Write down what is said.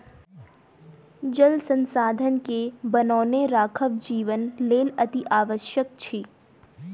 जल संसाधन के बनौने राखब जीवनक लेल अतिआवश्यक अछि